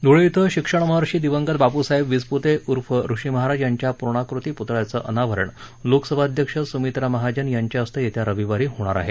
धुळे क्विं शिक्षणमहर्षी दिवंगत बापुसाहेब विसपुते उर्फ ऋषि महाराज यांच्या पुर्णाकृती पुतळ्याचं अनावरण लोकसभा अध्यक्षा सुमित्राताई महाजन यांच्या हस्ते येत्या रविवारी होणार आहे